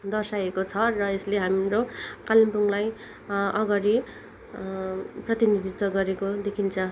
दर्साएको छ र यसले हाम्रो कालिम्पोङलाई अगाडि प्रतिनिधित्व गरेको देखिन्छ